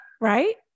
right